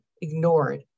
ignored